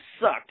sucked